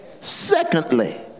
Secondly